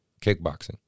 kickboxing